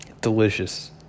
Delicious